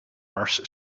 wars